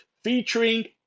featuring